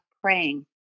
praying